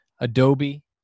adobe